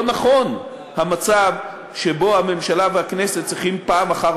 לא נכון המצב שבו הממשלה והכנסת צריכות פעם אחר